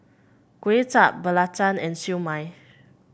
Kway Chap belacan and Siew Mai